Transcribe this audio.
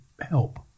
help